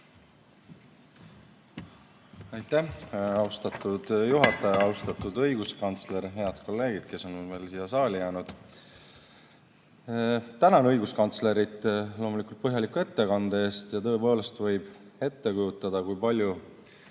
Aitäh, austatud juhataja! Austatud õiguskantsler! Head kolleegid, kes on veel siia saali jäänud! Tänan õiguskantslerit loomulikult põhjaliku ettekande eest. Tõepoolest, võib ette kujutada, kui palju